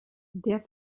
der